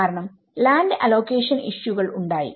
കാരണം land allocation ഇഷ്യൂകൾ ഉണ്ടായി